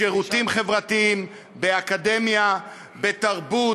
בשירותים חברתיים, באקדמיה, בתרבות.